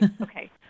okay